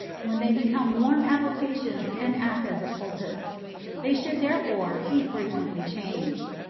when they become warm applications and act as a poultice they should therefore be frequently changed.